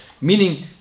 meaning